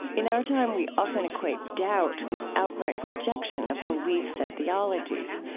in our time, we often equate doubt with outright rejection of beliefs and theologies.